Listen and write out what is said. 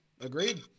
Agreed